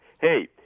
Hey